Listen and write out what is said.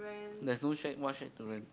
there's no shack what shack to rent